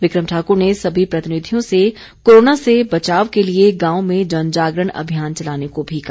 बिक्रम ठाकुर ने सभी प्रतिनिधियों से कोरोना से बचाव के लिए गांव में जनजागरण अभियान चलाने को भी कहा